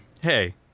Hey